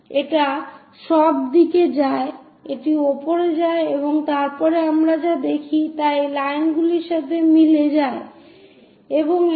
এটা সব দিকে যায় এটি উপরে যায় এবং তারপরে আমরা যা দেখি তা এই লাইনগুলির সাথে মিলে যায় এবং এটি নিচে যায়